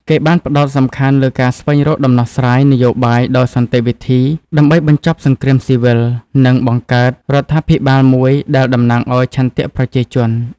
គេបានផ្តោតសំខាន់លើការស្វែងរកដំណោះស្រាយនយោបាយដោយសន្តិវិធី ដើម្បីបញ្ចប់សង្គ្រាមស៊ីវិល និងបង្កើតរដ្ឋាភិបាលមួយដែលតំណាងឱ្យឆន្ទៈប្រជាជន។